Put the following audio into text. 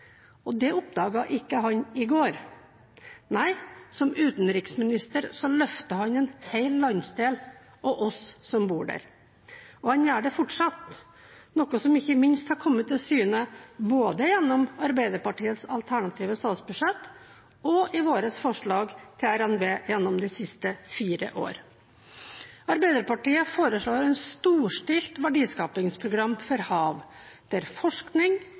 Og det oppdaget han ikke i går. Nei, som utenriksminister løftet han en hel landsdel og oss som bor der. Og han gjør det fortsatt, noe som ikke minst har kommet til syne både gjennom Arbeiderpartiets alternative statsbudsjett og i våre forslag til RNB gjennom de siste fire år. Arbeiderpartiet foreslår et storstilt verdiskapingsprogram for hav, der forskning,